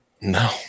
No